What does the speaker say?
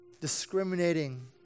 discriminating